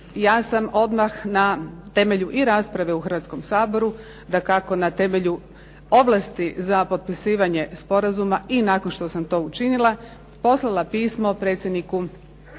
ja sam odmah na temelju i rasprave u Hrvatskom saboru, dakako na temelju ovlasti za potpisivanje sporazuma i nakon što sam to učinila poslala pismo predsjedniku Europske